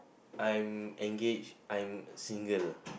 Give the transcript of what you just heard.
I'm engaged I'm single